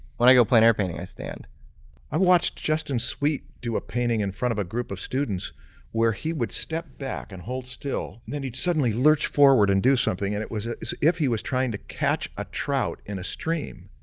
when i got plein air painting i stand. marshall i watched justin sweet do a painting in front of a group of students where he would step back and hold still then he'd suddenly lurch forward and do something and it was if he was trying to catch a trout in a stream.